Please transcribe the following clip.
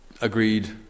agreed